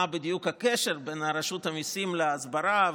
מה בדיוק הקשר בין רשות המיסים להסברה,